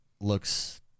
looks